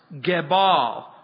Gebal